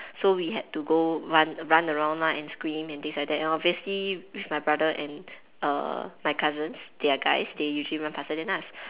so we had to go run run around lah and scream and things like that lor obviously with my brother and err my cousins they are guys they usually run faster than us